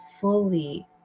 fully